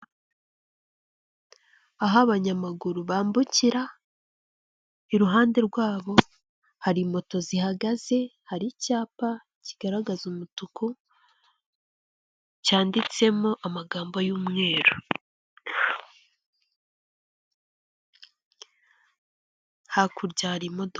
Aho abanyamaguru bambukira, iruhande rwabo hari moto zihagaze, hari icyapa kigaragaza umutuku cyanditsemo amagambo y'umweru, hakurya hari imodoka.